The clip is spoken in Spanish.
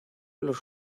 los